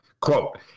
quote